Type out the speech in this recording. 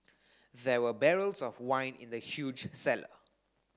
there were barrels of wine in the huge cellar